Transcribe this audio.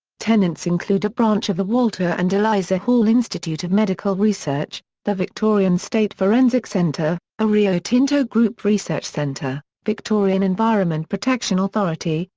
tenants include a branch of the walter and eliza hall institute of medical research, the victorian state forensic centre, centre, a rio tinto group research centre, victorian environment protection authority,